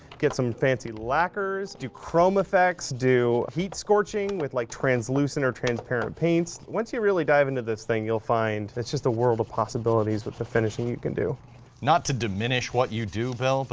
get some fancy lacquers, do chrome effects, do heat scorching with like translucent or transparent paints. once you really dive into this thing you'll find it's just a world of possibilities with the finishing you can do. jason not to diminish what you do, bill,